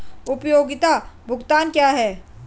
उपयोगिता भुगतान क्या हैं?